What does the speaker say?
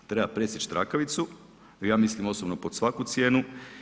Treba presjeći trakavicu ja mislim osobno pod svaku cijenu.